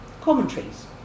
commentaries